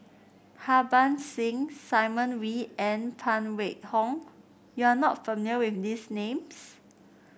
Harbans Singh Simon Wee and Phan Wait Hong You are not familiar with these names